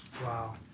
Wow